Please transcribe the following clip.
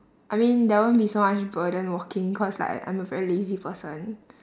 I mean there won't be so much burden walking cause like I'm a very lazy person